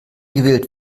gewählt